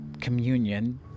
Communion